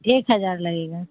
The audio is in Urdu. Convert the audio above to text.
ایک ہزار لگے گا